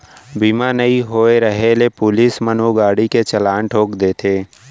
बीमा नइ होय रहें ले पुलिस मन ओ गाड़ी के चलान ठोंक देथे